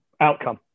outcome